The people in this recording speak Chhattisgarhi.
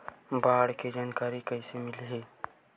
बाढ़ के जानकारी कइसे मिलही?